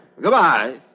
Goodbye